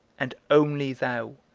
and only thou,